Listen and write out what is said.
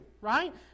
right